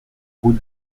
route